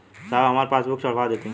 साहब हमार पासबुकवा चढ़ा देब?